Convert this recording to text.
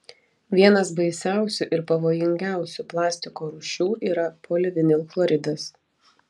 vienas baisiausių ir pavojingiausių plastiko rūšių yra polivinilchloridas